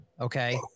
okay